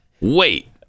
Wait